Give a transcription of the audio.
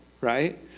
right